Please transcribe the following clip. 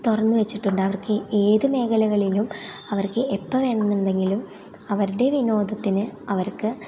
തുറന്നു വെച്ചിട്ടുണ്ട് അവർക്കീ ഏതു മേഘലകളിലും അവർക്ക് എപ്പം വേണമെന്നുണ്ടെങ്കിലും അവരുടെ വിനോദത്തിന് അവർക്ക്